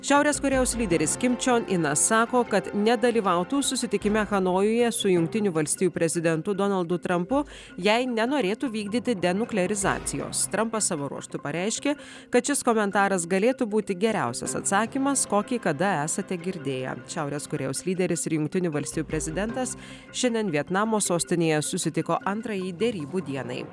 šiaurės korėjos lyderiskim čion inas sako kad nedalyvautų susitikime hanojuje su jungtinių valstijų prezidentu donaldu trampu jei nenorėtų vykdyti denuklerizacijos trampas savo ruožtu pareiškė kad šis komentaras galėtų būti geriausias atsakymas kokį kada esate girdėję šiaurės korėjos lyderis ir jungtinių valstijų prezidentas šiandien vietnamo sostinėje susitiko antrąjį derybų dienai